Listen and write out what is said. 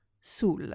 sul